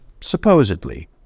supposedly